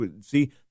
See